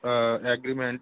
agreement